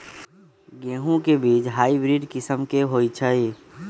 गेंहू के बीज हाइब्रिड किस्म के होई छई?